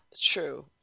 true